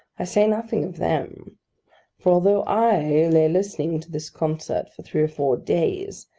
i say nothing of them for although i lay listening to this concert for three or four days,